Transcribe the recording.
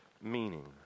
meaning